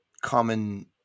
common